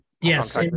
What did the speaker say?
Yes